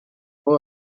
quand